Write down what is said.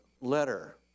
letter